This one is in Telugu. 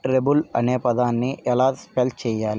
ట్రెబుల్ అనే పదాన్ని ఎలా స్పెల్ చెయ్యాలి